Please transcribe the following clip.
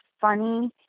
funny